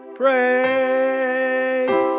praise